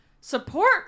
Support